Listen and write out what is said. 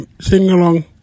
sing-along